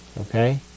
Okay